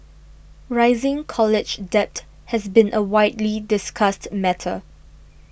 rising college debt has been a widely discussed matter